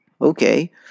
Okay